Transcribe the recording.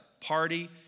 party